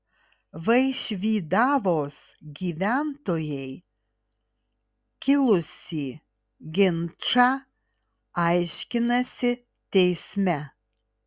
vaišvydavos gyventojai kilusį ginčą aiškinasi teisme